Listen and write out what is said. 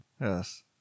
Yes